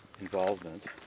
involvement